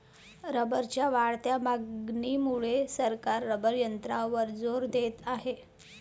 रबरच्या वाढत्या मागणीमुळे सरकार रबर तंत्रज्ञानावर जोर देत आहे